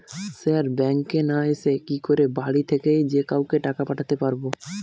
Sir ব্যাঙ্কে না এসে কি করে বাড়ি থেকেই যে কাউকে টাকা পাঠাতে পারবো?